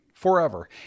forever